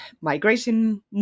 migration